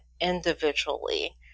individually